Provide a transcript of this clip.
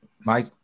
mike